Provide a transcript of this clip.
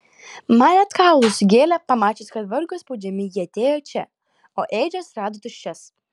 man net kaulus sugėlė pamačius kad vargo spaudžiami jie atėjo čia o ėdžias rado tuščias